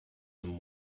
them